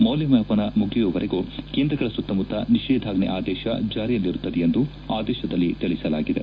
ಮೌಲ್ಯಮಾಪನ ಮುಗಿಯುವವರೆಗೂ ಕೇಂದ್ರಗಳ ಸುತ್ತಮುತ್ತ ನಿಷೇಧಾಜ್ಞೆ ಆದೇಶ ಜಾರಿಯಲ್ಲಿರುತ್ತದೆ ಎಂದು ಆದೇಶದಲ್ಲಿ ತಿಳಿಸಲಾಗಿದೆ